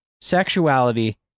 sexuality